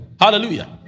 hallelujah